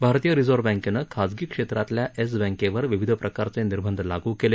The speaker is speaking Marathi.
भारतीय रिझर्व्ह बँकेनं खाजगी क्षेत्रातल्या येस बँकेवर विविध प्रकारचे निर्बंध लागू केले